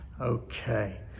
Okay